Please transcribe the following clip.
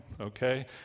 okay